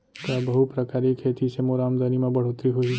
का बहुप्रकारिय खेती से मोर आमदनी म बढ़होत्तरी होही?